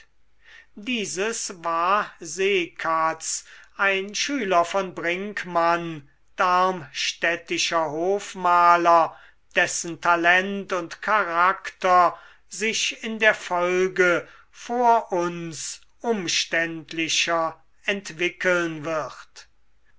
dieses war seekatz ein schüler von brinckmann darmstädtischer hofmaler dessen talent und charakter sich in der folge vor uns umständlicher entwickeln wird